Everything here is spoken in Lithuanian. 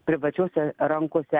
privačiose rankose